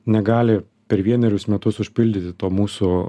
negali per vienerius metus užpildyti to mūsų